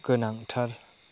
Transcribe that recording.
गोनांथार